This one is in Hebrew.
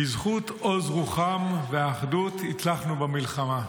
בזכות עוז רוחם והאחדות הצלחנו במלחמה.